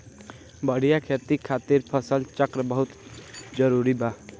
बढ़िया खेती खातिर फसल चक्र बहुत जरुरी बा